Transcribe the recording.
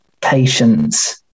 patience